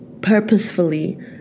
purposefully